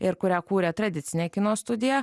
ir kurią kūrė tradicinė kino studija